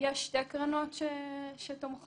יש שתי קרנות שתומכות,